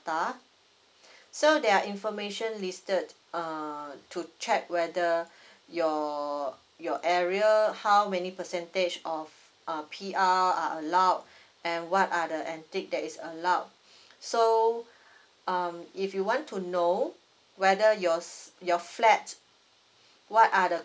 quota so there are information listed err to check whether your your area how many percentage of uh P_R are allowed and what are the antique that is allowed so um if you want to know whether yours your flat what are the